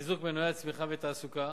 לחיזוק מנועי צמיחה ותעסוקה.